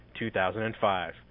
2005